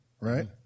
right